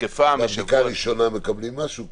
בחיסון הראשון מקבלים משהו?